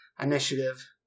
initiative